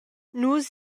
nus